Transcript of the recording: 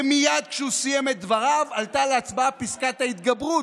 ומייד כשהוא סיים את דבריו עלתה להצבעה פסקת ההתגברות,